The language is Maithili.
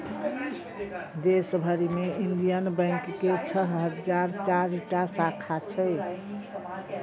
देश भरि मे इंडियन बैंक के छह हजार चारि टा शाखा छै